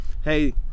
Hey